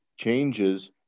changes